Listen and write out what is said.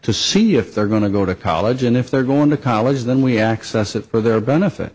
to see if they're going to go to college and if they're going to college then we access it for their benefit